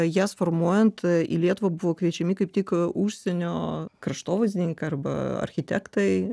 jas formuojant į lietuvą buvo kviečiami kaip tik užsienio kraštovaizdininkai arba architektai